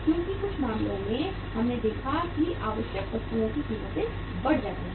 क्योंकि कुछ मामलों में हमने देखा है कि आवश्यक वस्तुओं की कीमतें बढ़ जाती हैं